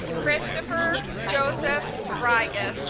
christopher joseph riga